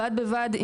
בד בבד,